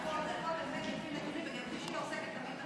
אני לא יודע ספציפית לגבי התוכנית שלך.